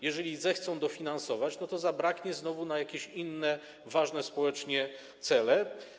Jeżeli zechcą dofinansować, to zabraknie znowu na jakieś inne ważne społecznie cele.